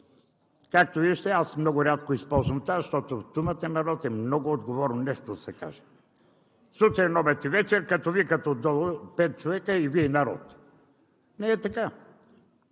Както виждате, аз много рядко използвам това, защото думата „народ“ е много отговорно нещо, за да се казва. Сутрин, обед и вечер като викат отдолу пет човека и Вие – народ?! Не е така!